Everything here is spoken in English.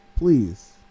Please